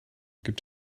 gibt